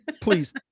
Please